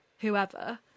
whoever